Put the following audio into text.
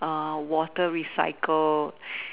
water recycled